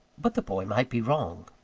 but the boy might be wrong.